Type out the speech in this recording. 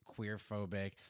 queerphobic